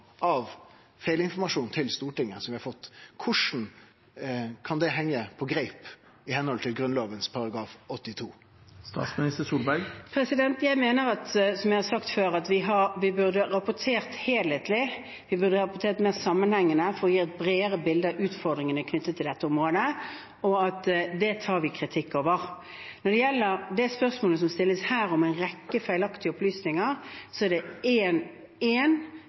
av feilinformasjon som Stortinget har fått, kan hengje på greip i samsvar med Grunnlova § 82? Jeg mener, som jeg har sagt før, at vi burde ha rapportert helhetlig, vi burde ha rapportert mer sammenhengende for å gi et bredere bilde av utfordringene knyttet til dette området. Det tar vi kritikk for. Når det gjelder spørsmålet som stilles her, om en rekke feilaktige opplysninger, så er det